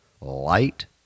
light